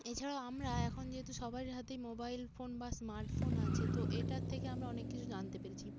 এছাড়াও আমরা এখন যেহেতু সবার হাতেই মোবাইল ফোন বা স্মার্ট ফোন আছে তো এটার থেকে আমরা অনেক কিছু জানতে পেরেছি